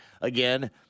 again